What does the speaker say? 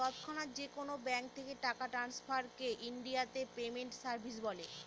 তৎক্ষণাৎ যেকোনো ব্যাঙ্ক থেকে টাকা ট্রান্সফারকে ইনডিয়াতে পেমেন্ট সার্ভিস বলে